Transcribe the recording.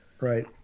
Right